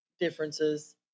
differences